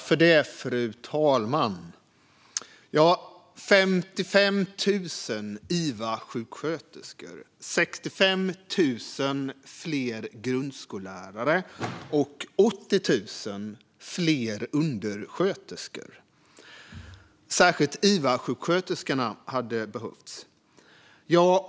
Fru talman! Det är 55 000 iva-sjuksköterskor, 65 000 fler grundskollärare och 80 000 fler undersköterskor, och särskilt iva-sjuksköterskorna, som hade behövts.